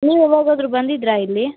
ನೀವ್ಯಾವಾಗಾದ್ರೂ ಬಂದಿದ್ದಿರಾ ಇಲ್ಲಿ